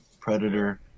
Predator